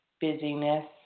busyness